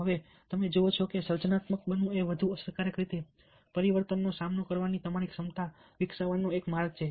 હવે તમે જુઓ છો કે સર્જનાત્મક બનવું એ વધુ અસરકારક રીતે પરિવર્તનનો સામનો કરવાની તમારી ક્ષમતા વિકસાવવાનો એક માર્ગ છે